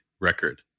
record